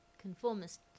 conformist